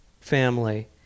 family